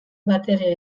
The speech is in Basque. batere